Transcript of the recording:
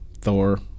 Thor